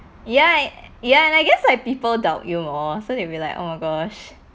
ya ya and I guess like people doubt you more so they will be like oh my gosh